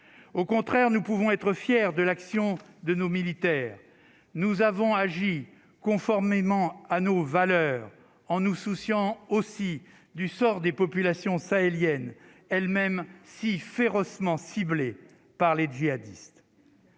au contraire, nous pouvons être fiers de l'action de nos militaires nous avons agi conformément à nos valeurs en nous souciant aussi du sort des populations sahéliennes elles-mêmes si férocement ciblée par les djihadistes.